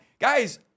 guys